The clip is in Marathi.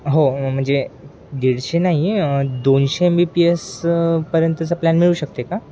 हो म्हणजे दीडशे नाही आहे दोनशे एम बी पी एसपर्यंतचा प्लॅन मिळू शकते का